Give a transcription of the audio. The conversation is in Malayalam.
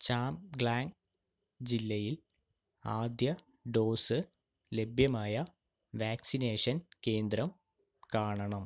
ചാംഗ്ലാങ് ജില്ലയിൽ ആദ്യ ഡോസ് ലഭ്യമായ വാക്സിനേഷൻ കേന്ദ്രം കാണണം